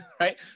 right